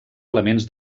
elements